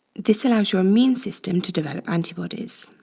this allows your immune system to develop antibodies.